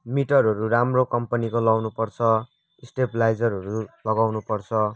मिटरहरू राम्रो कम्पनीको लाउनु पर्छ स्टेबलाइजरहरू लगाउनु पर्छ